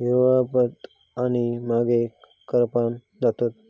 होरपळतत आणि मगेन करपान जातत?